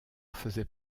faisait